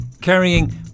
carrying